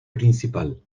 principal